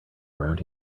around